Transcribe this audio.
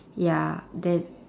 ya then